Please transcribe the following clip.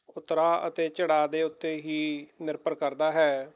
ਉਤਰਾਅ ਅਤੇ ਚੜ੍ਹਾਅ ਦੇ ਉੱਤੇ ਹੀ ਨਿਰਭਰ ਕਰਦਾ ਹੈ